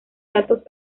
datos